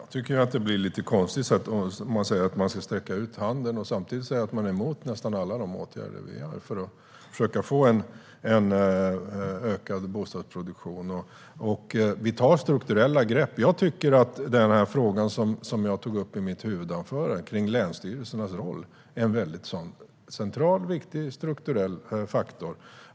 Herr talman! Jag tycker att det blir lite konstigt om man säger att man sträcker ut handen och samtidigt säger att man är emot nästan alla de åtgärder som har lagts fram för att försöka få en ökad bostadsproduktion. Vi tar strukturella grepp. Frågan om länsstyrelsernas roll, vilken jag tog upp i mitt huvudanförande, tycker jag är en väldigt central och viktig strukturell faktor.